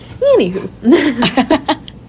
anywho